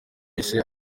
yise